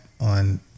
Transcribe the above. on